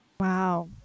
Wow